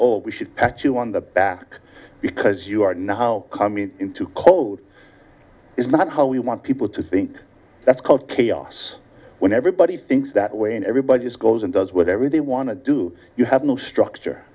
that we should actually want the back because you are not how coming into code is not how we want people to think that's called chaos when everybody thinks that way and everybody just goes and does whatever they want to do you have no structure